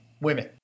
women